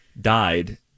died